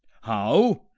how!